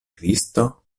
kristo